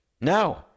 no